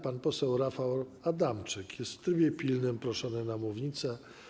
Pan poseł Rafał Adamczyk jest w trybie pilnym proszony na mównicę.